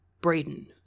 Braden